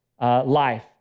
life